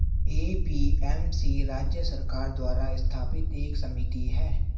APMC राज्य सरकार द्वारा स्थापित एक समिति है